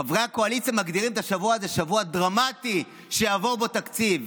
חברי הקואליציה מגדירים את השבוע הזה כשבוע דרמטי שיעבור בו תקציב.